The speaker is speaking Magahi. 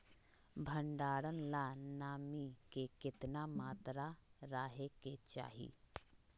भंडारण ला नामी के केतना मात्रा राहेके चाही?